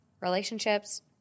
relationships